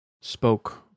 spoke